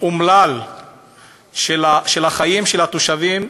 האומלל של החיים של התושבים,